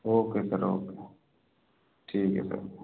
okay sir okay ठीक है sir